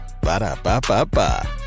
Ba-da-ba-ba-ba